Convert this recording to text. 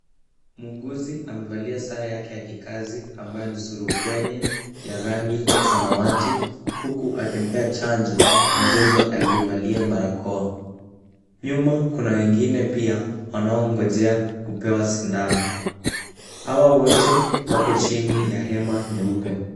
Muuguzi amevalia sare yake za kikazi ambayo ni surupwenye ya rangi samawati huku akimpea chanjo mgonjwa aliyevalia barakoa. Nyuma kuna wengine pia wanangojea kupewa sindano. Hawa wote wako chini ya hema nyeupe.